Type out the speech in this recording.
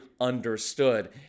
understood